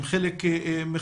עם חלק מחבריהם,